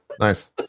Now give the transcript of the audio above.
nice